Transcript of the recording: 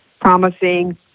promising